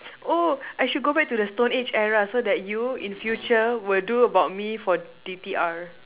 oh I should go back to the stone age era so that you in future will do about me for D_T_R